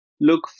look